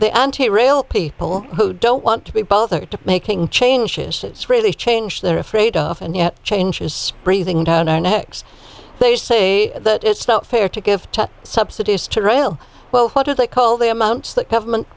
entail people who don't want to be bothered to making changes it's really change they're afraid of and yet change is breathing down our necks they say that it's not fair to give subsidies to rail well what do they call the amounts that government